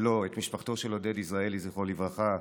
את משפחתו של עודד יזרעאלי, זכרו לברכה,